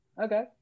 Okay